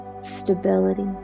stability